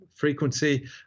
Frequency